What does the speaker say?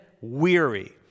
weary